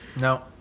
No